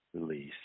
release